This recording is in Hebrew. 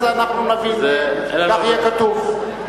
אז כך יהיה כתוב.